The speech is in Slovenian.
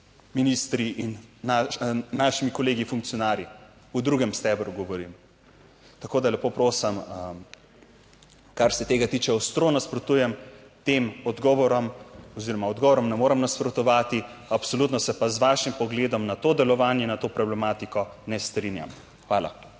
ministri in našimi kolegi funkcionarji. O drugem stebru govorim, tako da lepo prosim, kar se tega tiče, ostro nasprotujem tem odgovorom oziroma odgovorom ne morem nasprotovati, absolutno se pa z vašim pogledom na to delovanje, na to problematiko ne strinjam. Hvala.